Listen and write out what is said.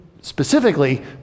specifically